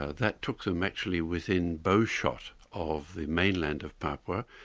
that took them actually within bowshot of the mainland of papua.